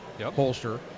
holster